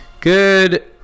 good